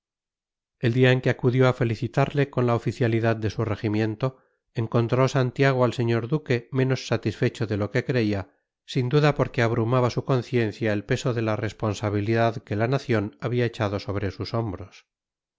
el día en que acudió a felicitarle con la oficialidad de su regimiento encontró santiago al señor duque menos satisfecho de lo que creía sin duda porque abrumaba su conciencia el peso de la responsabilidad que la nación había echado sobre sus hombros